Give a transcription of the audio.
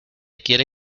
quiere